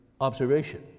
observation